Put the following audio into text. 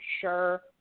sure